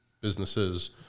businesses